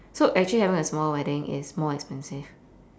so actually having a small wedding is more expensive